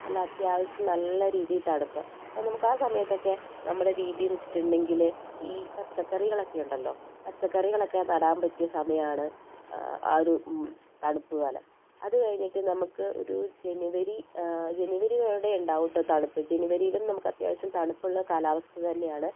നല്ല അത്യാവശ്യം നല്ല രീതിയിൽ തണുപ്പ് അപ്പം നമുക്ക് ആ സമയത്തൊക്കെ നമ്മുടെ രീതീന്ന് വെച്ചിട്ടുണ്ടെങ്കിൽ ഈ പച്ചക്കറികളൊക്കെയുണ്ടല്ലോ പച്ചക്കറികളൊക്കെ നടാൻ പറ്റിയ സമയമാണ് ആ ഒരു തണുപ്പ് കാലം അത് കഴിഞ്ഞിട്ട് നമുക്ക് ഒരു ജെനുവരി ജെനുവരിയോടെയെ ഉണ്ടാവുട്ടോ തണുപ്പ് ജനുവരീലും നമുക്ക് അത്യാവശ്യം തണുപ്പുള്ള കാലാവസ്ഥ തന്നെയാണ്